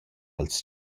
dals